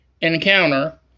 encounter